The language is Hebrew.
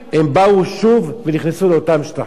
הם באו שוב ונכנסו לאותם שטחים,